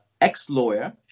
Ex-lawyer